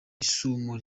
isumo